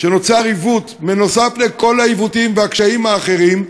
שנוצר עיוות נוסף על כל העיוותים והקשיים האחרים,